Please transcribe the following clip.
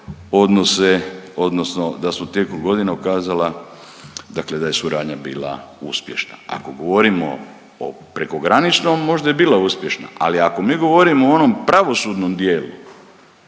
odnosno da se tijekom godina ukazala dakle, da je suradnja bila uspješna. Ako govorimo o prekograničnom, možda je bila uspješna. Ali ako mi govorimo o onom pravosudnom dijelu,